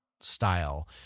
style